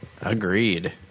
Agreed